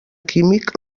químic